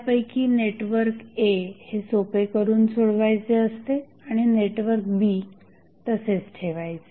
त्यापैकी network A हे सोपे करून सोडवायचे असते आणि नेटवर्क B तसेच ठेवायचे